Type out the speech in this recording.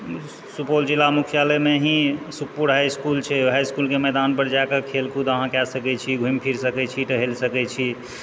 सुपौल जिला मुख्यालयमे ही सुखपुर हाइ इस्कुल छै ओहि इस्कुलके मैदानपर जा कऽ खेलकूद अहाँ कए सकै छी घुमि फिर सकैत छी टहलि सकैत छी